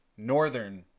Northern